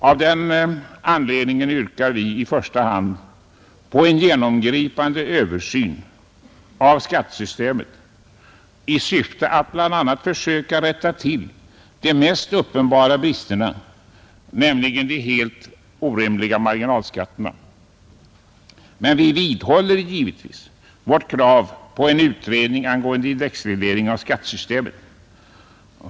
Av den anledningen yrkar vi i första hand på en genomgripande översyn av skattesystemet i syfte att bl.a. försöka rätta till de rent uppenbara bristerna, nämligen de helt orimliga marginalskatterna. Men vi vidhåller givetvis vårt krav på en utredning angående indexreglering av skattesystemet.